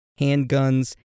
handguns